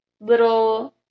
little